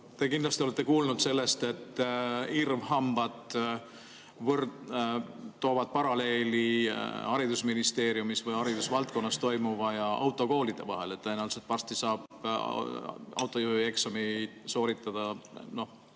Te kindlasti olete kuulnud sellest, et irvhambad toovad paralleeli haridusministeeriumis või haridusvaldkonnas toimuva ja autokoolide vahel: tõenäoliselt saab varsti autojuhieksamit sooritada